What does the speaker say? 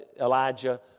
Elijah